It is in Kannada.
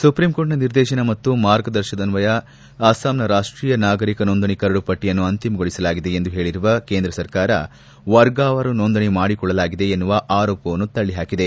ಸುಪ್ರೀಂಕೋರ್ಟ್ನ ನಿರ್ದೇಶನ ಮತ್ತು ಮಾರ್ಗದರ್ಶದನ್ವಯ ಅಸ್ಸಾಂನ ರಾಷ್ಷೀಯ ನಾಗರಿಕ ನೊಂದಣಿ ಕರಡು ಪಟ್ಲಯನ್ನು ಅಂತಿಮಗೊಳಿಸಲಾಗಿದೆ ಎಂದು ಹೇಳರುವ ಕೇಂದ್ರ ಸರ್ಕಾರ ವರ್ಗವಾರು ನೊಂದಣಿ ಮಾಡಿಕೊಳ್ಳಲಾಗಿದೆ ಎನ್ನುವ ಆರೋಪವನ್ನು ತಳ್ಳಿಹಾಕಿದೆ